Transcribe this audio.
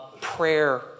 prayer